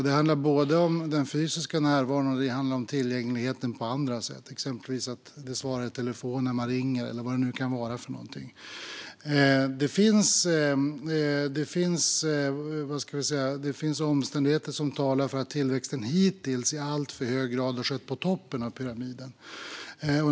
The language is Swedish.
Det handlar både om den fysiska närvaron och tillgängligheten på andra sätt, exempelvis att någon svarar i telefon när man ringer eller vad det nu kan vara för någonting. Det finns omständigheter som talar för att tillväxten hittills i alltför hög grad har skett på toppen av pyramiden.